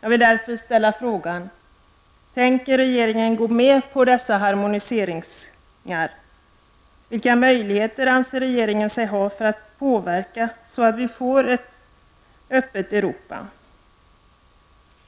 Jag vill därför fråga: Tänker regeringen gå med på dessa harmoniseringar? Vilka möjligheter anser regeringen sig ha att påverka, så att vi får ett öppet Europa?